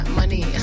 money